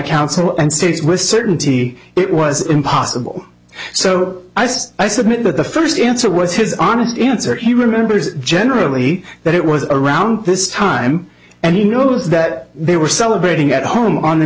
counsel and states with certainty it was impossible so i said i submit that the first answer was his honest answer he remembers generally that it was around this time and he knows that they were celebrating at home on the